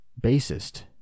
bassist